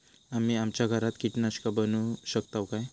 आम्ही आमच्या घरात कीटकनाशका बनवू शकताव काय?